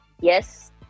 yes